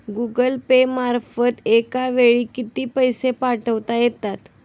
Google Pay मार्फत एका वेळी किती पैसे पाठवता येतात?